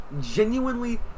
genuinely